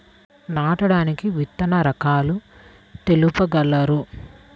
నాటడానికి విత్తన రకాలు తెలుపగలరు?